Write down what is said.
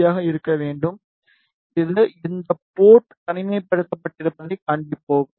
பியாக இருக்க வேண்டும் இது இந்த போர்ட் தனிமைப்படுத்தப்பட்டிருப்பதைக் காண்பிப்போம்